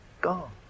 gone